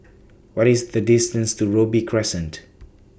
What IS The distance to Robey Crescent